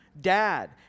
Dad